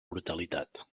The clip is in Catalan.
brutalitat